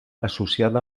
associada